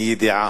מידיעה.